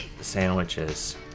Sandwiches